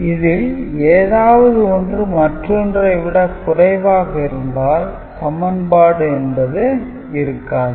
இதில் ஏதாவது ஒன்று மற்றொன்றை விட குறைவாக இருந்தால் சமன்பாடு என்பது இருக்காது